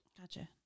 Gotcha